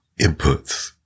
inputs